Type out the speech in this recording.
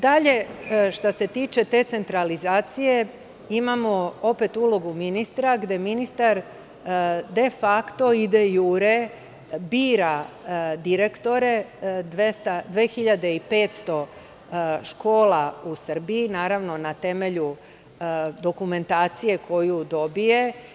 Dalje, što se tiče te centralizacije, imamo opet ulogu ministra gde ministar de fakto i de jure bira direktore 2.500 škola u Srbiji, naravno na temelju dokumentacije koju dobije.